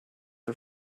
are